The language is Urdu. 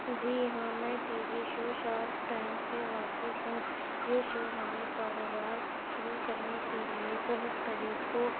جی ہاں میں T V show Shark Tank سے واقف ہوں یہ شو ہمیں کاروبار شروع کرنے کے لیے بہت طریقوں